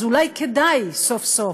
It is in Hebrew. אז אולי כדאי סוף-סוף,